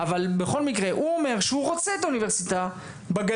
ארבל בכל מקרה הוא אומר שהוא ורצה את האוניברסיטה בגליל,